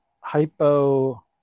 hypo